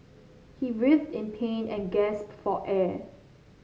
he writhed in pain and gasped for air